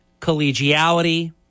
collegiality